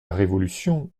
révolution